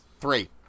Three